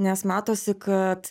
nes matosi kad